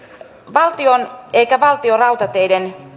valtion eikä valtionrautateiden